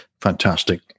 fantastic